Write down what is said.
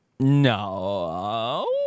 No